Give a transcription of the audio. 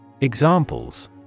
Examples